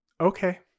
Okay